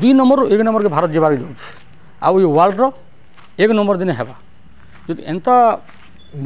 ଦୁଇ ନମ୍ବର୍ରୁ ଏକ ନମ୍ବର୍କେ ଭାରତ୍ ଯିବା ଯାଉଛେ ଆଉ ଇ ୱାର୍ଲଡ଼୍ର ଏକ୍ ନମ୍ବର୍ ଦିନେ ହେବା ଯଦି ଏନ୍ତା